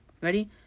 ready